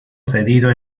cedido